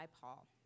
Paul